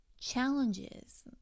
challenges